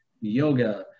yoga